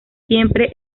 siempre